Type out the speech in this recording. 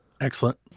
excellent